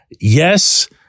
Yes